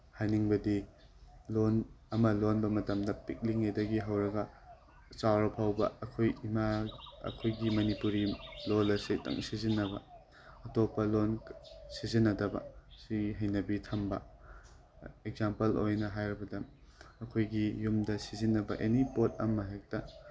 ꯍꯥꯏꯅꯤꯡꯕꯗꯤ ꯂꯣꯟ ꯑꯃ ꯂꯣꯟꯕ ꯃꯇꯝꯗ ꯄꯤꯛꯂꯤꯉꯩꯗꯒꯤ ꯍꯧꯔꯒ ꯆꯥꯎꯔ ꯐꯥꯎꯕ ꯑꯩꯈꯣꯏ ꯏꯃꯥ ꯑꯩꯈꯣꯏꯒꯤ ꯃꯅꯤꯄꯨꯔꯤ ꯂꯣꯟ ꯑꯁꯤꯗꯪ ꯁꯤꯖꯤꯟꯅꯕ ꯑꯇꯣꯞꯄ ꯂꯣꯟ ꯁꯤꯖꯤꯟꯅꯗꯕ ꯁꯤ ꯍꯩꯅꯕꯤ ꯊꯝꯕ ꯑꯦꯛꯖꯥꯝꯄꯜ ꯑꯣꯏꯅ ꯍꯥꯏꯔꯕꯗ ꯑꯩꯈꯣꯏꯒꯤ ꯌꯨꯝꯗ ꯁꯤꯖꯤꯟꯅꯕ ꯑꯦꯅꯤ ꯄꯣꯠ ꯑꯃ ꯍꯦꯛꯇ